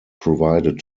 provided